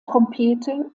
trompete